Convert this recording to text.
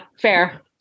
Fair